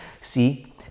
See